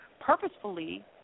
purposefully